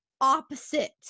opposite